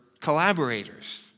collaborators